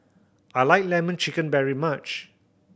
I like Lemon Chicken very much